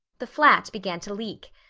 the flat began to leak.